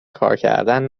کارکردن